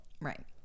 Right